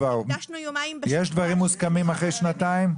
הקדשנו יומיים בשבוע --- יש דברים מוסכמים אחרי שנתיים?